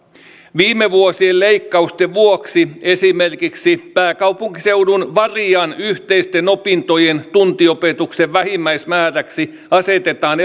viime vuosien leikkausten vuoksi esimerkiksi pääkaupunkiseudun varian yhteisten opintojen tuntiopetuksen vähimmäismääräksi asetetaan